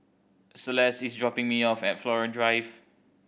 Celeste is dropping me off at Flora Drive